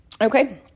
Okay